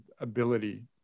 ability